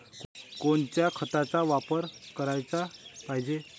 कोनच्या खताचा वापर कराच पायजे?